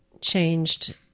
changed